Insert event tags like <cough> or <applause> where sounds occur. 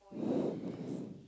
<breath>